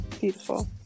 Beautiful